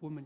woman